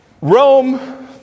Rome